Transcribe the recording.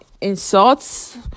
insults